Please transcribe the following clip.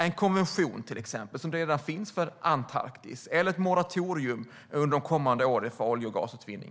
Det kan till exempel vara en konvention, vilket redan finns för Antarktis, eller ett moratorium för olje och gasutvinning under de kommande åren.